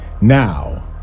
Now